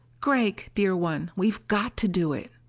gregg, dear one, we've got to do it!